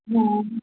हा